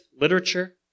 literature